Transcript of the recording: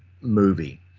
movie